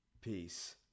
peace